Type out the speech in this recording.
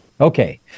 Okay